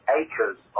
acres